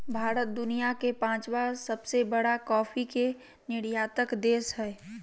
भारत दुनिया के पांचवां सबसे बड़ा कॉफ़ी के निर्यातक देश हइ